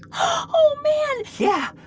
oh, man yeah.